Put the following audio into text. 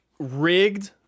rigged